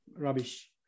rubbish